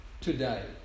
today